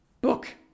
book